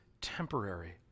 temporary